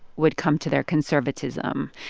would come to their conservatism.